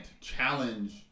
challenge